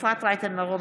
אפרת רייטן מרום,